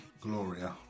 Gloria